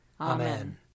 Amen